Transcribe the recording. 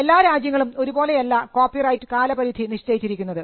എല്ലാ രാജ്യങ്ങളും ഒരുപോലെയല്ല കോപ്പിറൈറ്റ് കാല പരിധി നിശ്ചയിച്ചിരിക്കുന്നത്